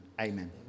amen